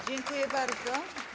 Dziękuję bardzo.